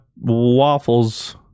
Waffles